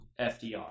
FDR